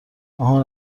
آهان